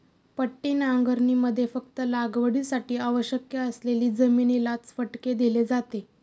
पट्टी नांगरणीमध्ये फक्त लागवडीसाठी आवश्यक असलेली जमिनीलाच फटके दिले जाते